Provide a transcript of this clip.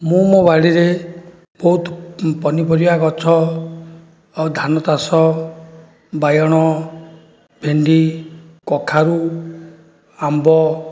ମୁଁ ମୋ ବାଡ଼ିରେ ବହୁତ ପନିପରିବା ଗଛ ଆଉ ଧାନ ଚାଷ ବାଇଗଣ ଭେଣ୍ଡି କଖାରୁ ଆମ୍ବ